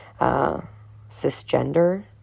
cisgender